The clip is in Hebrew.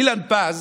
אילן פז,